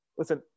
listen